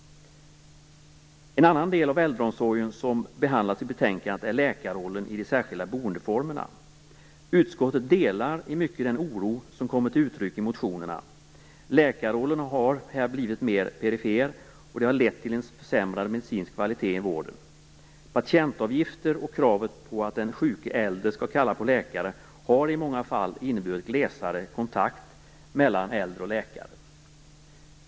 En annan del av äldreomsorgen som behandlas i betänkandet är läkarrollen i de särskilda boendeformerna. Utskottet delar i mycket den oro som kommer till uttryck i motionerna. Läkarrollen har här blivit mer perifer, vilket har lett till en försämrad medicinsk kvalitet i vården. Patientavgifter och kravet på att den sjuke och äldre skall kalla på läkare har i många fall inneburit glesare kontakt mellan äldre och läkare.